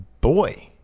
boy